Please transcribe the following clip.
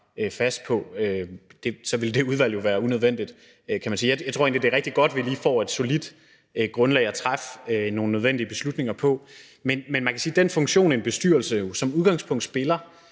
fast på. Så ville det udvalg jo være unødvendigt, kan man sige. Jeg tror egentlig, det er rigtig godt, at vi lige får et solidt grundlag at træffe nogle nødvendige beslutninger på. Men man kan sige, at den funktion, en bestyrelse jo som udgangspunkt har,